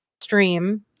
stream